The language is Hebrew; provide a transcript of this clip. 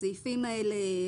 הסעיפים האלה